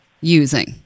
using